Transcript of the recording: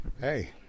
Hey